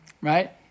right